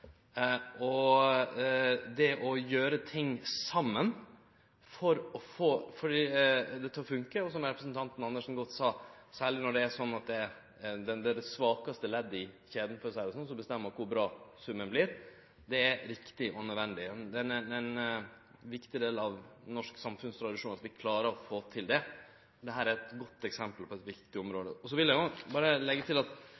det. Det å gjere ting saman for å få det til å funke er viktig og nødvendig, særleg når det er det svakaste leddet i kjeda som bestemmer kor bra summen vert, slik representanten Andersen godt sa det. Det er ein viktig del av norsk samfunnstradisjon at vi klarar å få til det. Dette er eit godt eksempel på eit viktig område. Så vil eg leggje til at